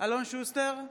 אלון שוסטר,